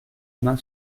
main